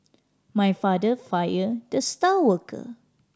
my father fired the star worker